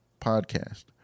podcast